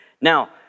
Now